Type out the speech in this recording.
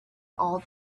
all